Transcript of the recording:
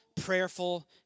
prayerful